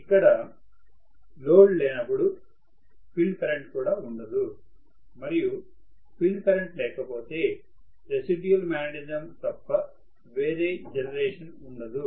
ఇక్కడ లోడ్ లేనప్పుడు field current కూడా ఉండదు మరియు ఫీల్డ్ కరెంట్ లేకపోతే రెసిడ్యుల్ మాగ్నెటిజం తప్ప వేరే జనరేషన్ ఉండదు